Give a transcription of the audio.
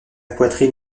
poitrine